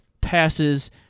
passes